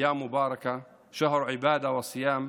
ימים מבורכים,